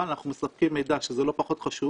אבל אנחנו מספקים מידע, שזה לא פחות חשוב